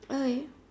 okay